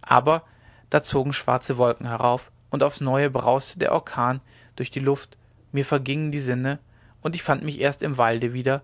aber da zogen schwarze wolken herauf und aufs neue brauste der orkan durch die luft mir vergingen die sinne und ich fand mich erst im walde wieder